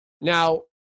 Now